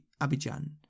Abidjan